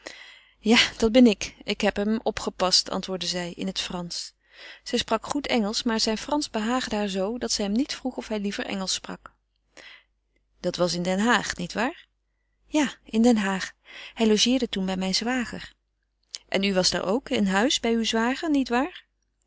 ja dat ben ik ik heb hem opgepast antwoordde zij in het fransch zij sprak goed engelsch maar zijn fransch behaagde haar zoo dat zij hem niet vroeg of hij liever engelsch sprak dat was in den haag niet waar ja in den haag hij logeerde toen bij mijn zwager en u was daar ook in huis bij uw zwager niet waar